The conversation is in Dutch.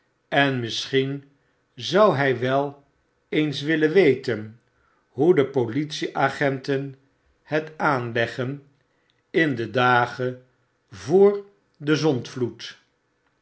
en misschien zou hjj wel eens willen weten hoe de politieagenten het aanlegden in de dagen voor den